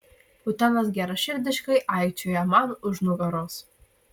butenas geraširdiškai aikčioja man už nugaros